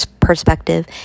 perspective